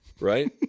Right